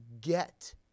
get